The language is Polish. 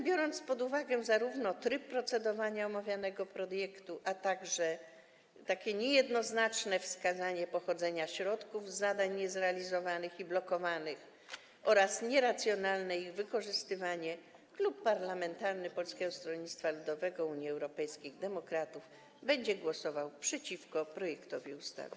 Biorąc zatem pod uwagę zarówno tryb procedowania omawianego projektu, jak i niejednoznaczne wskazanie pochodzenia środków z zadań niezrealizowanych i blokowanych oraz nieracjonalne ich wykorzystywanie, Klub Poselski Polskiego Stronnictwa Ludowego - Unii Europejskich Demokratów będzie głosował przeciwko projektowi ustawy.